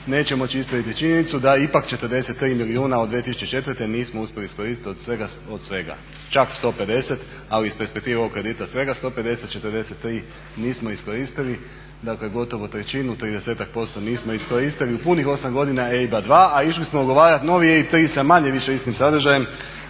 neće moći ispraviti činjenicu da ipak 43 milijuna od 2004.nismo uspjeli iskoristiti od svega, čak 150 ali iz perspektive ovog kredita svega 150, 43 nismo iskoristili. Dakle gotovo trećinu, tridesetak posto nismo iskoristili u punih 8 godina EIB-a 2 a išli smo ugovarati novi EIB3 sa manje-više istim sadržajem,